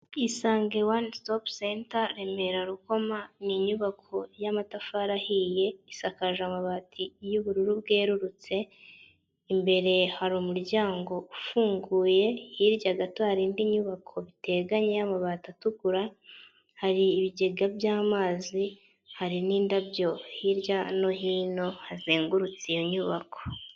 Isange One Stop Center Remera Rukoma ni inyubako y'amatafari ahiye isakaje amabati y'ubururu bwerurutse imbere hari umuryango ufunguye hirya gato hari indi nyubako biteganye y'amabati atukura hari ibigega by'amazi hari n'indabyo hirya no hino hazengurutse iyo nyubako.